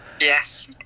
Yes